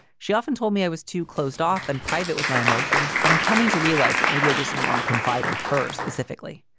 she often told me i was too closed off and private with my emotions, but i'm coming to realize that maybe i just don't and want to confide in her specifically.